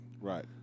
right